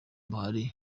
buhari